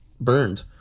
burned